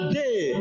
day